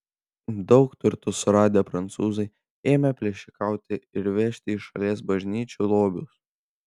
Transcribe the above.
daug turtų suradę prancūzai ėmė plėšikauti ir vežti iš šalies bažnyčių lobius